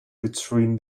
between